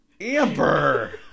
Amber